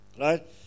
right